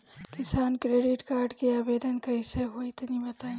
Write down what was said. किसान credit card के आवेदन कईसे होई तनि बताई?